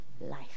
life